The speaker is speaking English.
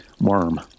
worm